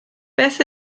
beth